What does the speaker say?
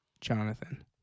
Jonathan